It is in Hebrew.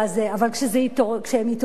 אבל כשהם התעוררו,